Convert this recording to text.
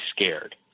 scared